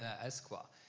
ah escwa.